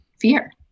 fear